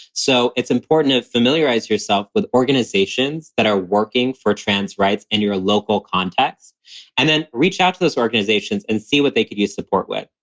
so it's important to familiarize yourself with organizations that are working for trans rights in your local context and then reach out to those organizations and see what they could you support with.